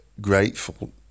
grateful